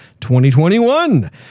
2021